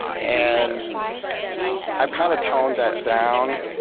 and i've kind of toned that down.